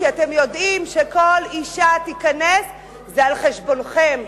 כי אתם יודעים שכל אשה שתיכנס זה על-חשבונכם.